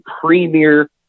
premier